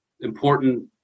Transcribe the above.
important